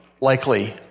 likely